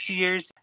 years